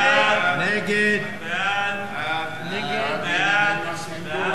החלטת ועדת הכספים בדבר